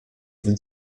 even